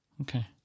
Okay